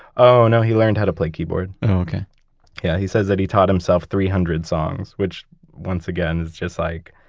oh, no, he learned how to play keyboard oh, okay yeah. he says that he taught himself three hundred songs, which, once again, is just like,